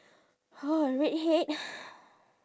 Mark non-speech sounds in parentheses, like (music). !huh! redhead (breath)